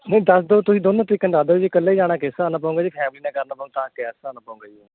ਨਹੀਂ ਦੱਸ ਦਿਓ ਤੁਸੀਂ ਦੋਨੋਂ ਤਰੀਕੇ ਨਾਲ ਦੱਸ ਦਿਓ ਜੇ ਇਕੱਲੇ ਜਾਣਾ ਕਿਸ ਹਿਸਾਬ ਨਾਲ ਪਊਗਾ ਜੇ ਫੈਮਲੀ ਨਾਲ ਕਰਨਾ ਪਉ ਤਾਂ ਕਿਸ ਹਿਸਾਬ ਨਾਲ ਪਊਗਾ ਜੀ ਉਹ